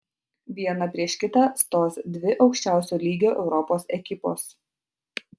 viena prieš kitą stos dvi aukščiausio lygio europos ekipos